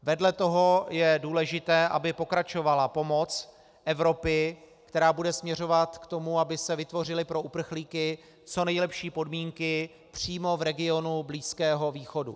Vedle toho je důležité, aby pokračovala pomoc Evropy, která bude směřovat k tomu, aby se vytvořily pro uprchlíky co nejlepší podmínky přímo v regionu Blízkého východu.